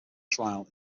trial